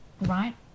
right